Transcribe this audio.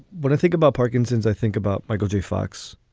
when i think about parkinson's, i think about michael j. fox.